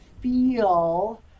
feel